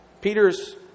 Peter's